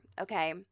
Okay